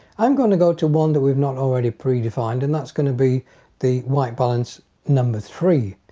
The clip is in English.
i'm going to go to one that we've not already predefined and that's going to be the white balance number three.